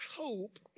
hope